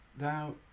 Now